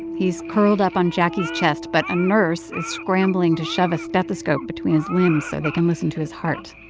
he's curled up on jacquie's chest, but a nurse is scrambling to shove a stethoscope between his limbs so they can listen to his heart